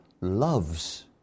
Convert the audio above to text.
loves